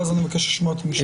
ואז אני מבקש לשמוע את המשטרה.